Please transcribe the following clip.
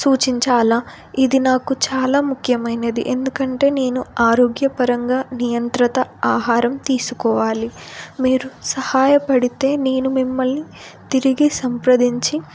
సూచించాలా ఇది నాకు చాలా ముఖ్యమైనది ఎందుకంటే నేను ఆరోగ్యపరంగా నియంత్రిత ఆహారం తీసుకోవాలి మీరు సహాయపడితే నేను మిమ్మల్ని తిరిగి సంప్రదించి